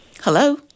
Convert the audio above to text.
Hello